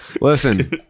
Listen